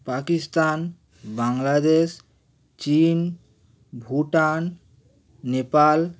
পাকিস্তান বাংলাদেশ চীন ভুটান নেপাল